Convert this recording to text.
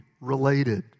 related